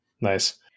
Nice